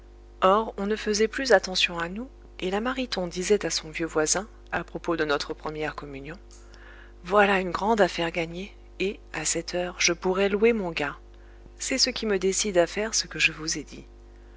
or on ne faisait plus attention à nous et la mariton disait à son vieux voisin à propos de notre première communion voilà une grande affaire gagnée et à cette heure je pourrai louer mon gars c'est ce qui me décide à faire ce que je vous ai dit